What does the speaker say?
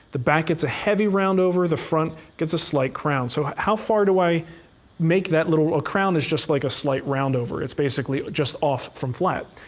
the back gets a heavy round over. the front gets a slight crown. so how far do i make that? a crown is just like a slight round over. it's basically just off from flat.